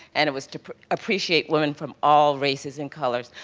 and it was to appreciate women from all races and colors.